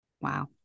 Wow